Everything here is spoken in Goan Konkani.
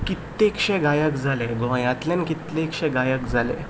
कित्येकशे गायक जाले गोंयांतल्यान कितलेकशे गायक जाले